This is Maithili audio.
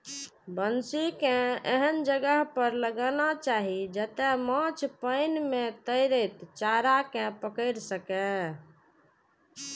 बंसी कें एहन जगह पर लगाना चाही, जतय माछ पानि मे तैरैत चारा कें पकड़ि सकय